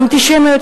האנטישמיות,